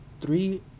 three